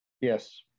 Yes